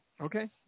Okay